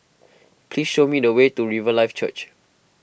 please show me the way to Riverlife Church